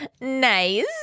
nice